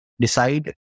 decide